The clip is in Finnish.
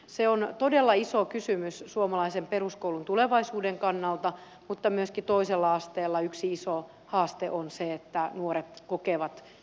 se on todella iso kysymys suomalaisen peruskoulun tulevaisuuden kannalta mutta myöskin toisella asteella yksi iso haaste on se että nuoret kokevat yksinäisyyttä